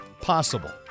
possible